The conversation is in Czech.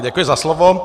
Děkuji za slovo.